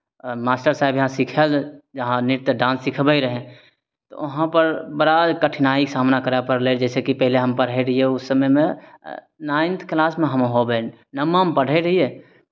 master साहबके यहाँ सिखय लेल जहाँ नृत्य डान्स सिखबै रहय वहाँपर बड़ा कठिनाइके सामना करय पड़लै जइसेकि पहिले हम पढ़ैत रहियै ओ समयमे नाइन्थ किलासमे हम होयबै नवमामे पढ़ै रहियै